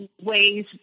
ways